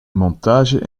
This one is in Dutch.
montage